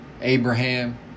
Abraham